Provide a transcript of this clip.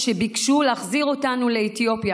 שביקשו להחזיר אותנו לאתיופיה,